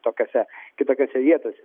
tokiose kitokiose vietose